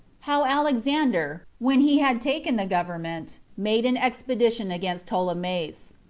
how alexander when he had taken the government made an expedition against ptolemais,